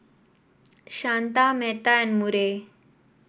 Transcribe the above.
Shanta Metta and Murray